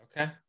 Okay